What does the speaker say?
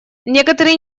некоторые